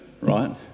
right